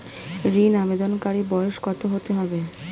ঋন আবেদনকারী বয়স কত হতে হবে?